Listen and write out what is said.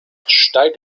steig